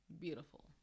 beautiful